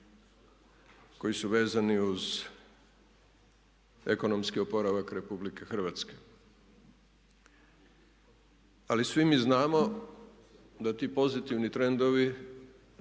koji su vezani uz ekonomski oporavak Republike Hrvatske. Ali svi mi znamo da ti pozitivni trendovi